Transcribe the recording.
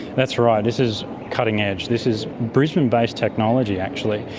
that's right, this is cutting edge, this is brisbane-based technology actually,